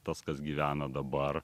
tas kas gyvena dabar